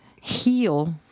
heal